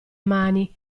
mani